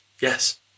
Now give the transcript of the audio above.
Yes